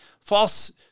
false